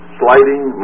sliding